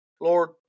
Lord